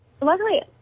Luckily